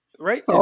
Right